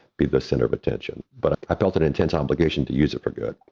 be the center of attention, but i felt an intense obligation to use it for good.